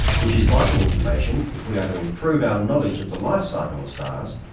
which is vital information if we are to improve our knowledge of the life cycle of stars,